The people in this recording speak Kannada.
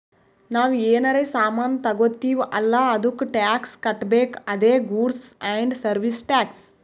ನಾವ್ ಏನರೇ ಸಾಮಾನ್ ತಗೊತ್ತಿವ್ ಅಲ್ಲ ಅದ್ದುಕ್ ಟ್ಯಾಕ್ಸ್ ಕಟ್ಬೇಕ್ ಅದೇ ಗೂಡ್ಸ್ ಆ್ಯಂಡ್ ಸರ್ವೀಸ್ ಟ್ಯಾಕ್ಸ್